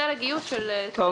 טוב,